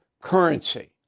currency